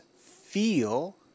feel